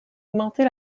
augmenter